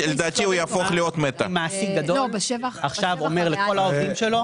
תחשוב אם מעסיק גדול עכשיו אומר לכל העובדים שלו,